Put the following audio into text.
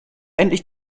endlich